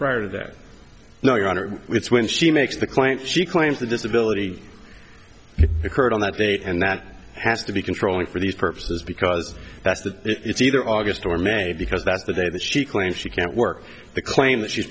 prior to that now your honor it's when she makes the claim she claims the disability occurred on that date and that has to be controlling for these purposes because that's the it's either august or may because that's the day that she claims she can't work the claim that she's